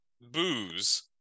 booze